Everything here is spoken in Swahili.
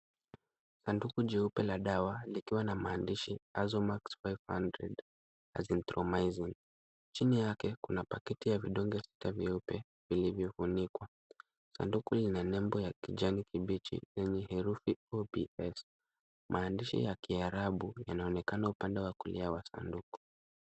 Sanduku jeupe la dawa likiwa na maandishi Azomax 500 Azithromycin. Chini yake kuna paketi ya vidoge sita vyeupe vilivyofunikwa. Sanduku lina nembo ya kijani kibichi lenye herufi 4PX. Maandishi ya kiarabu, yanaonekana upande wa kulia wa sanduku.